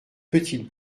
petite